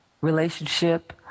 relationship